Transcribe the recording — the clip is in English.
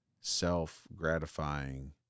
self-gratifying